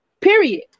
Period